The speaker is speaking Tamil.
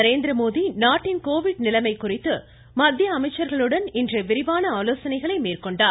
நரேந்திரமோடி நாட்டின் கோவிட் நிலைமை குறித்து மத்திய அமைச்சர்களுடன் இன்று விரிவான ஆலோசனைகளை மேற்கொண்டார்